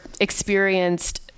experienced